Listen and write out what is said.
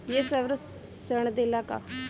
ये सर्विस ऋण देला का?